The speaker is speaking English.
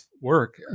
work